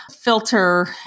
filter